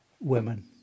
women